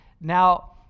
Now